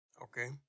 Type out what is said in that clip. Okay